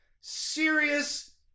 serious